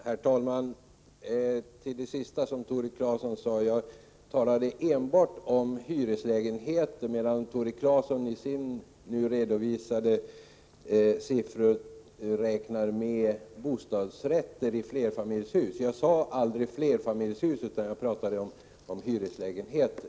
Herr talman! Till det senaste som Tore Claeson sade: Jag talade enbart om hyreslägenheter, medan Tore Claeson i sina nu redovisade siffror räknar med bostadsrätter i flerfamiljshus. Jag talade aldrig om flerfamiljshus utan om hyreslägenheter.